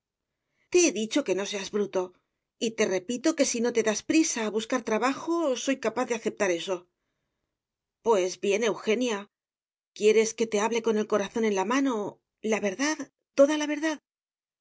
te he dicho que no seas bruto y te repito que si no te das prisa a buscar trabajo soy capaz de aceptar eso pues bien eugenia quieres que te hable con el corazón en la mano la verdad toda la verdad